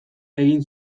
egin